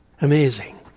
Amazing